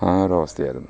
ആ ഒരു അവസ്ഥ ആയിരുന്നു